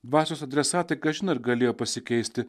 dvasios adresatai kažin ar galėjo pasikeisti